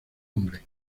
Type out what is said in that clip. nombre